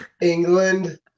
England